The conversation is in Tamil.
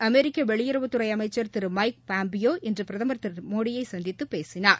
அமெரிக்க வெளியுறவுத்துறை புதுதில்வி வந்துள்ள அமைச்சர் திரு மைக் பாம்பியோ இன்று பிரதமர் திரு மோடியை சந்தித்து பேசினார்